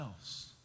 else